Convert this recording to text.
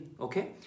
Okay